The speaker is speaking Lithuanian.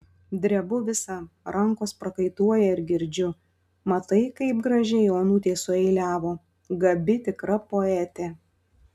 drebu visa rankos prakaituoja ir girdžiu matai kaip gražiai onutė sueiliavo gabi tikra poetė